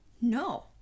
No